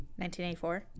1984